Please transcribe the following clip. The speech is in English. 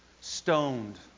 stoned